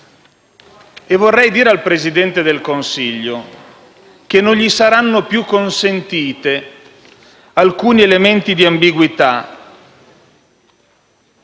Vorrei dire al Presidente del Consiglio che non gli saranno più consentiti alcuni elementi di ambiguità